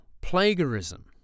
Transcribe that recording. plagiarism